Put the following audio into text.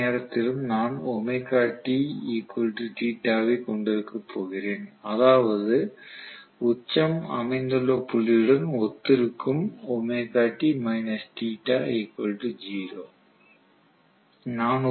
எந்த நேரத்திலும் நான் வை கொண்டிருக்கப் போகிறேன் அதாவது உச்சம் அமைந்துள்ள புள்ளியுடன் ஒத்திருக்கும்